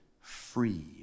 free